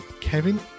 Kevin